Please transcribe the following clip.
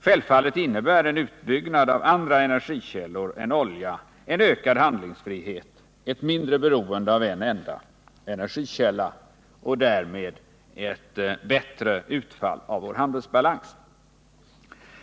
Självfallet innebär en utbyggnad av andra energikällor än olja en ökad handlingsfrihet och ett mindre beroende av en enda energikälla och därmed ett bättre utfall av vår handelsbalans.